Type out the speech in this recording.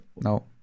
no